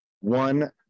One